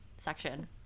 section